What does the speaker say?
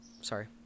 sorry